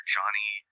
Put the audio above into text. Johnny